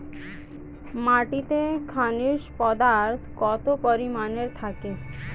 মাটিতে খনিজ পদার্থ কত পরিমাণে থাকে?